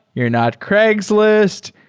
you're not craigslist.